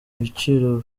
ibiciro